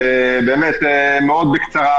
מאוד בקצרה.